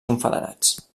confederats